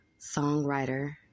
songwriter